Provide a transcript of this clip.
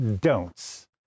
don'ts